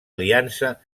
aliança